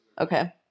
okay